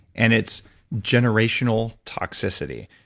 and it's generational toxicity.